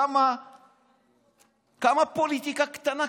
כמה פוליטיקה קטנה,